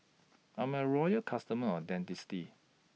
I'm A Loyal customer of Dentiste